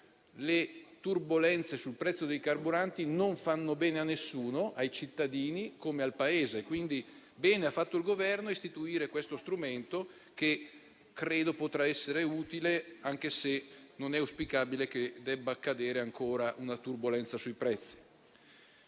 Le turbolenze sul prezzo dei carburanti non fanno bene a nessuno, ai cittadini come al Paese, quindi bene ha fatto il Governo a istituire questo strumento, che credo potrà essere utile, anche se non è auspicabile che debba accadere ancora una turbolenza sui prezzi.